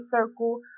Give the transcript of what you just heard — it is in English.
circle